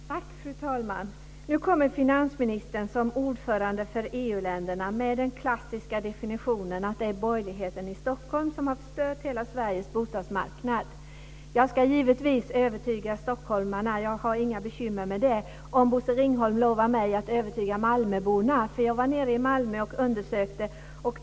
Fru talman! Nu kommer finansministern som ordförande för EU-länderna med den klassiska definitionen att det är borgerligheten i Stockholm som har förstört hela Sveriges bostadsmarknad. Jag ska givetvis övertyga stockholmarna - jag har inga bekymmer med det - om Bosse Ringholm lovar mig att övertyga malmöborna. Jag var nämligen nere i Malmö och undersökte det hela.